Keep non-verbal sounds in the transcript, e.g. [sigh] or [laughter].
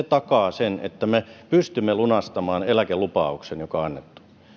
[unintelligible] takaa sen että me pystymme lunastamaan eläkelupauksen joka on annettu